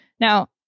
Now